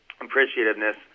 appreciativeness